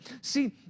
See